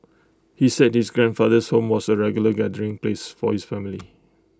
he said his grandfather's home was A regular gathering place for his family